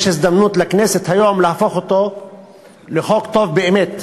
יש לכנסת היום הזדמנות להפוך אותו לחוק טוב באמת.